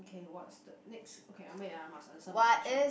okay what's the next okay ah wait ah must answer my question first